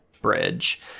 bridge